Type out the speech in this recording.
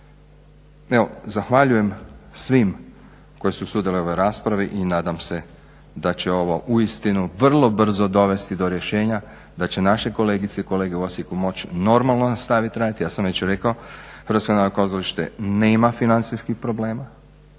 Evo zahvaljujem svim koji su sudjelovali u ovoj raspravi i nadam se da će ovo uistinu vrlo brzo dovesti do rješenja da će naše kolegice i kolege u Osijeku moći normalno nastaviti raditi. ja sam već rekao Hrvatsko narodno kazalište nema financijski problema,